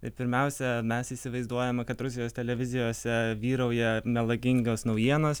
tai pirmiausia mes įsivaizduojame kad rusijos televizijose vyrauja melagingos naujienos